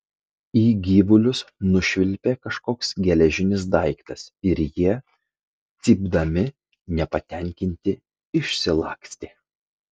į gyvulius nušvilpė kažkoks geležinis daiktas ir jie cypdami nepatenkinti išsilakstė